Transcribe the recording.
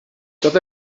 doedd